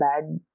bad